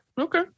okay